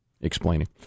Explaining